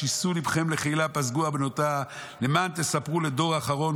שיתו לבכם לחילה פַּסְגוּ אַרְמְנוֹתֶיה למען תספרו לדור אחרון.